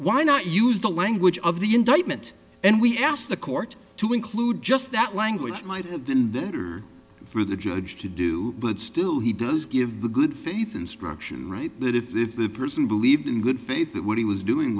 why not use the language of the indictment and we asked the court to include just that language might have been better for the judge to do but still he does give the good faith instruction right that if the person believed in good faith that what he was doing